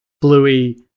Bluey